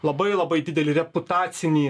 labai labai didelį reputacinį